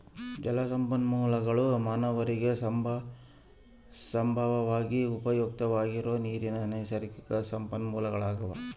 ಜಲಸಂಪನ್ಮೂಲಗುಳು ಮಾನವರಿಗೆ ಸಂಭಾವ್ಯವಾಗಿ ಉಪಯುಕ್ತವಾಗಿರೋ ನೀರಿನ ನೈಸರ್ಗಿಕ ಸಂಪನ್ಮೂಲಗಳಾಗ್ಯವ